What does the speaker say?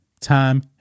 time